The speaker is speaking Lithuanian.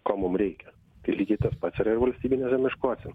ko mum reikia tai lygiai tas pats yra ir valstybiniuose miškuose